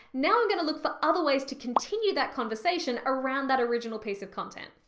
now i'm going to look for other ways to continue that conversation around that original piece of content.